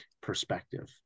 perspective